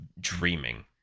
dreaming